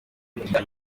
gushaka